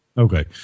Okay